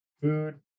food